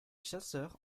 chasseurs